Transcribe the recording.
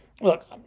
Look